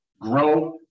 grow